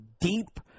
deep